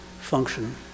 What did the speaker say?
function